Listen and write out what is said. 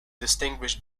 distinguish